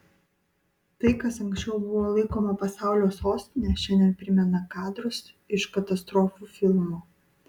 tai kas anksčiau buvo laikoma pasaulio sostine šiandien primena kadrus iš katastrofų filmo